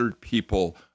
people